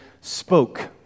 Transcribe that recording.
spoke